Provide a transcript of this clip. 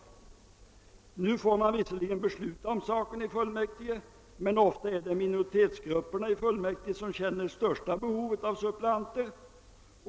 Nu får man visserligen besluta om saken i fullmäktige. Men ofta är det minoritetsgrupperna i fullmäktige som känner det största behovet av suppleanter.